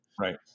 Right